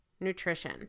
Nutrition